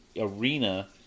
arena